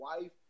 wife